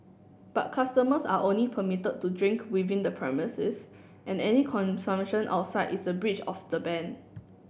but customers are only permitted to drink within the premises and any consumption outside is a breach of the ban